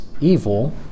evil